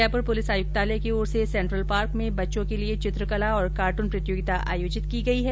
Jaipur police आयुक्तालय की ओर से सेंट्रल पार्क में बच्चों के लिये चित्रकला और कार्टून प्रतियोगिता का आयोजन किया जा रहा है